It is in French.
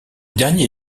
dernier